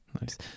nice